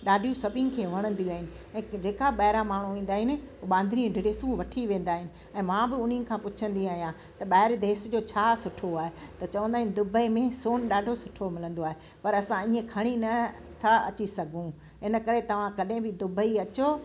ॾाढियूं सभिनि खे वणंदियूं आहिनि ऐं जेका ॿाहिरां माण्हू ईंदा आहिनि बांधरी डेसूं वठी वेंदा आहिनि मां बि उन्हनि खां पुछंदी आहियां त ॿाहिरि देस जो छा सुठो आहे त चवंदा आहिनि दुबई में सोन ॾाढो सुठो मिलंदो आहे पर असां ईअं खणी न था अची सघूं इन करे तव्हां कॾहिं बि दुबई अचो